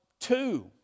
two